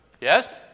Yes